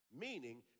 Meaning